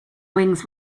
wings